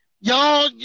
y'all